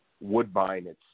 Woodbine